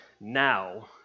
now